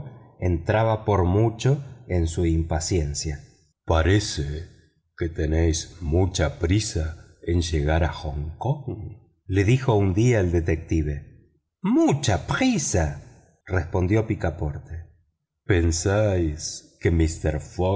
entraba por mucho en su impaciencia parece que tenéis mucha prisa en llegar a hong kong le dijo un día el detective mucha prisa respondió picaporte pensáis que mister